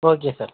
okay sir